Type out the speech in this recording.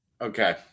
okay